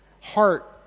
heart